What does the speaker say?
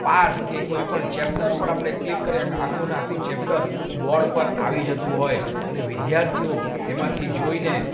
પાઠ કે કોઈપણ ચેપ્ટર પર આપણે ક્લિક કરીએ કે આખુંને આખું ચેપ્ટર બોર્ડ પર આવી જતું હોય અને વિદ્યાર્થીઓ એમાંથી જોઈને